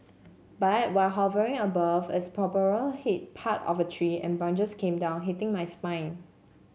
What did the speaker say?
but while hovering above its propeller hit part of a tree and branches came down hitting my spine